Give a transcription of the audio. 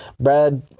Brad